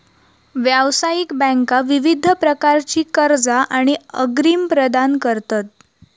व्यावसायिक बँका विविध प्रकारची कर्जा आणि अग्रिम प्रदान करतत